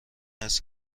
است